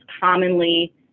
commonly